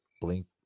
Blink